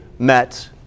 met